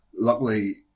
luckily